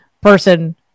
person